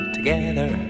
Together